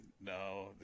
no